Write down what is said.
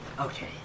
Okay